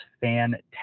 fantastic